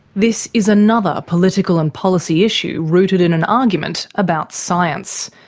this is another political and policy issue rooted in an argument about science.